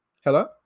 Hello